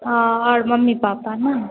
और mummy papa ना